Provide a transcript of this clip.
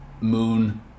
moon